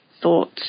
thoughts